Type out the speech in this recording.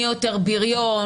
מי יותר בריון,